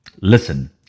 Listen